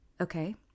Okay